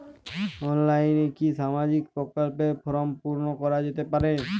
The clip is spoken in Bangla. অনলাইনে কি সামাজিক প্রকল্পর ফর্ম পূর্ন করা যেতে পারে?